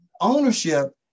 ownership